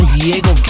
Diego